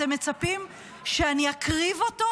אתם מצפים שאני אקריב אותו?